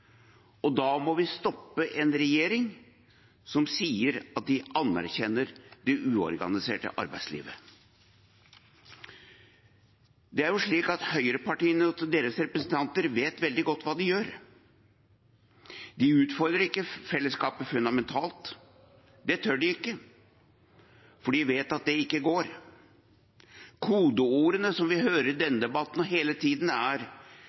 Og da må vi stoppe en regjering som sier at de anerkjenner det uorganiserte arbeidslivet. Det er jo slik at høyrepartiene og deres representanter vet veldig godt hva de gjør. De utfordrer ikke fellesskapet fundamentalt, det tør de ikke, for de vet at det ikke går. Kodeordene som vi hele tiden hører i denne debatten, er